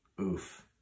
Oof